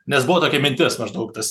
nes buvo tokia mintis maždaug tas